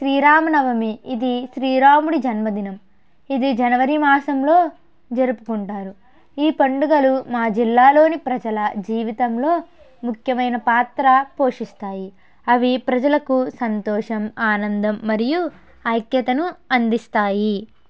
శ్రీరామనవమి ఇది శ్రీరాముడి జన్మదినం ఇది జనవరి మాసంలో జరుపుకుంటారు ఈ పండుగలు మా జిల్లాలోని ప్రజల జీవితంలో ముఖ్యమైన పాత్ర పోషిస్తాయి అవి ప్రజలకు సంతోషం ఆనందం మరియు ఐక్యతను అందిస్తాయి